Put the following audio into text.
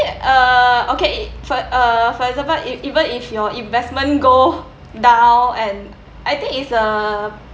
uh okay if for uh for example if even if your investment go down and I think it's a